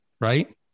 Right